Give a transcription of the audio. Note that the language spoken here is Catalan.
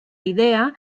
idea